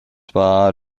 war